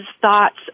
thoughts